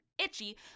itchy